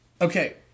Okay